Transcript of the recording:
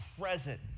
present